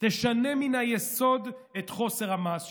תשנה מן היסוד את חוסר המעש שלכם,